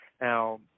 Now